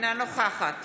אינה נוכחת